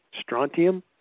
strontium